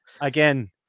again